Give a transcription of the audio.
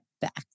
back